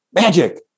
magic